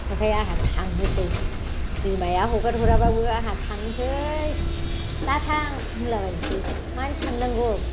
नाथाय आंहा थांनोसै बिमाया हगार हराबाबो आंहा थांनोसै दाथां होनला बायनोसै मानो थांनांगौ